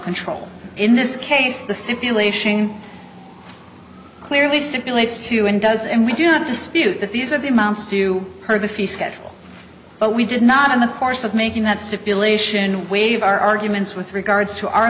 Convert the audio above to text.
control in this case the stipulation clearly stipulates to and does and we do not dispute that these are the amounts do you heard the fee schedule but we did not in the course of making that stipulation waive our arguments with regards to our